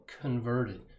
converted